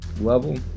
level